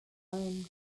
home